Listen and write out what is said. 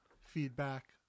feedback